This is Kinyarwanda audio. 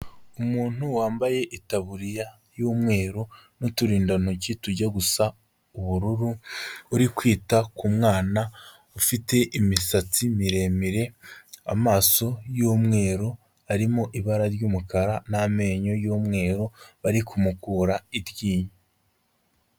Umuntu wambaye itaburiya y'umweru n'uturindantoki tujya gusa ubururu uri kwita ku mwana ufite imisatsi miremire, amaso y'umweru arimo ibara ry'umukara n'amenyo y'umweru bari kumukura iryinyo.